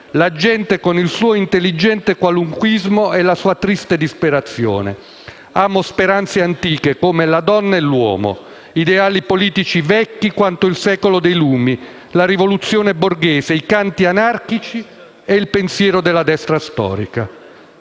la gente con il suo intelligente qualunquismo e la sua triste disperazione. Amo speranze antiche, come la donna e l'uomo; ideali politici vecchi quanto il secolo dei lumi, la rivoluzione borghese, i canti anarchici e il pensiero della Destra storica».